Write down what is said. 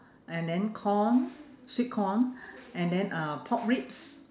and then corn sweet corn and then uh pork ribs